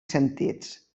sentits